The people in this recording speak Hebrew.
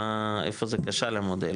איפה זה כשל המודל,